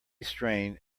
strained